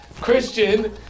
christian